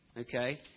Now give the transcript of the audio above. okay